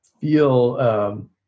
feel